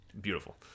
Beautiful